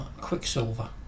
quicksilver